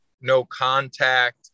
no-contact